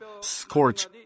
scorch